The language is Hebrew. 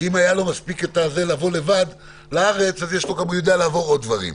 אם היה לו מספיק יכולת לבוא לבד לארץ אז הוא יודע לעבור עוד דברים.